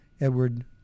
Edward